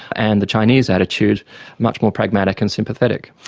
and the chinese attitude much more pragmatic and sympathetic.